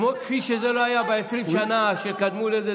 כפי שזה לא היה ב-20 שנה שקדמו לזה,